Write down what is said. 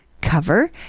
cover